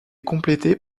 complétée